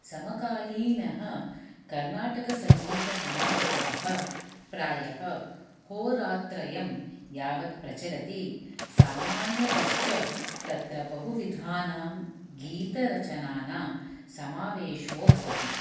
समकालीनः कर्नाटकसङ्गीतसमारोहः प्रायः होरात्रयं यावत् प्रचलति सामान्यतश्च तत्र बहुविधानां गीतरचनानां समावेशो भवति